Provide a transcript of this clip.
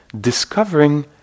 discovering